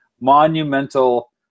monumental